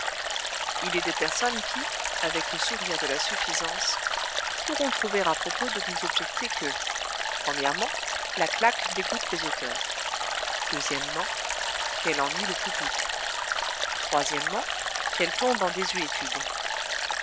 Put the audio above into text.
qui avec le sourire de la suffisance pourront trouver à propos de nous objecter que la claque dégoûte les auteurs quelle ennuie le public quelle tombe en désuétude